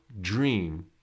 dream